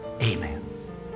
Amen